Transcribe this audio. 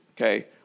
Okay